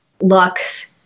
Lux